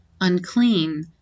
unclean